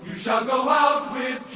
shall go out